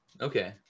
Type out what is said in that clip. Okay